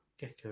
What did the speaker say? Gecko